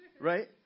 Right